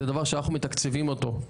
זה דבר שאנחנו מתקצבים אותו.